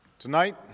Tonight